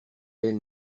elles